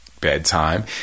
bedtime